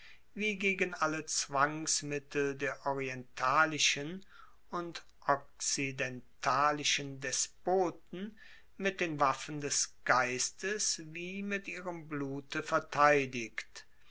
wie gegen alle zwangsmittel der orientalischen und okzidentalischen despoten mit den waffen des geistes wie mit ihrem blute verteidigt